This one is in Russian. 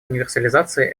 универсализации